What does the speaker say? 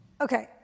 Okay